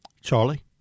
Charlie